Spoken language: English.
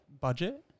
budget